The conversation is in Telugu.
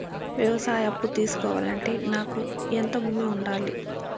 వ్యవసాయ అప్పు తీసుకోవాలంటే నాకు ఎంత భూమి ఉండాలి?